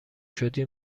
شدی